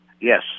Yes